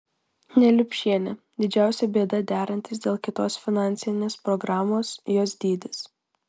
neliupšienė didžiausia bėda derantis dėl kitos finansinės programos jos dydis